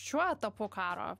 šiuo etapu karo